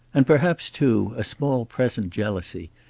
and perhaps, too, a small present jealousy,